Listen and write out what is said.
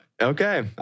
Okay